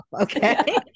okay